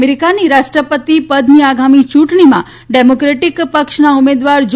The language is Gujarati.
અમેરીકાની રાષ્ટ્રપતિ પદની આગામી ચુંટણીમાં ડેમોક્રેટીક પક્ષના ઉમેદવાર જો